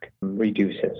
reduces